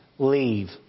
Leave